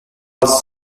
was